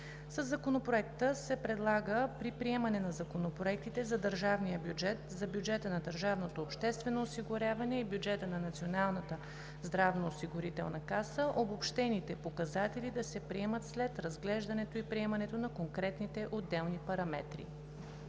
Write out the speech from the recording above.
Със Законопроекта се предлага при приемане на законопроектите за държавния бюджет, за бюджета на държавното обществено осигуряване и бюджета на Националната здравноосигурителна каса обобщените показатели да се приемат след разглеждането и приемането на конкретните отделни параметри.